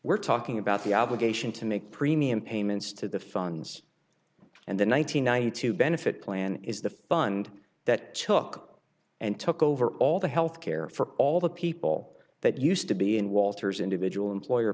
we're talking about the obligation to make premium payments to the funds and the one nine hundred ninety two benefit plan is the fund that took and took over all the health care for all the people that used to be in walter's individual employer